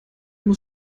muss